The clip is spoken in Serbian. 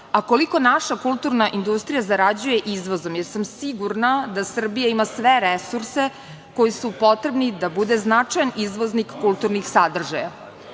a koliko naša kulturna industrija zarađuje izvozom, jer sam sigurna da Srbija ima sve resurse koji su potrebni da bude značajan izvoznik kulturnih sadržaja. Upravo